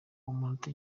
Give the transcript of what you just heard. munota